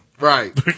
right